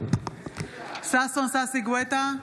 ששון ששי גואטה,